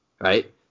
right